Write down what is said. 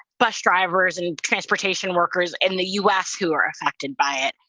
bus drivers and transportation workers in the u s. who are affected by it.